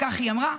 כך היא אמרה,